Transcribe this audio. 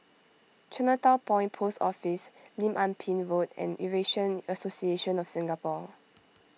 Chinatown Point Post Office Lim Ah Pin Road and Eurasian Association of Singapore